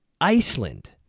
Iceland